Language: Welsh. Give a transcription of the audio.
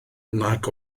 nag